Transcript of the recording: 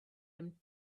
him